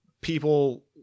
people